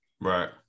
Right